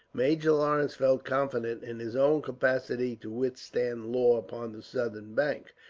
major lawrence felt confident in his own capacity to withstand law upon the southern bank,